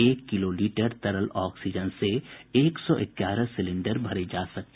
एक किलोलीटर तरल ऑक्सीजन से एक सौ ग्यारह सिलिंडर भरे जाएंगे